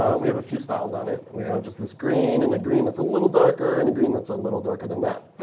um we have a few styles on it. and we have just this green and a green that's a little darker, and a green that's a little darker than that.